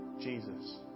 Jesus